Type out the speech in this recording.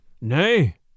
Nay